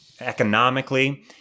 economically